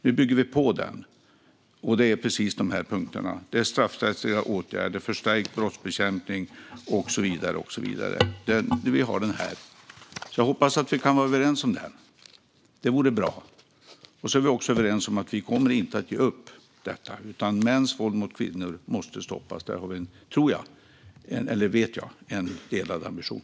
Nu bygger vi på den, och det är med precis de här punkterna. Det är straffrättsliga åtgärder, förstärkt brottsbekämpning och så vidare. Jag har den med mig här. Jag hoppas att vi kan vara överens om den. Det vore bra. Vi är också överens om att vi inte kommer att ge upp detta, utan mäns våld mot kvinnor måste stoppas. Där tror jag - eller vet jag - att vi har en delad ambition.